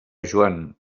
joan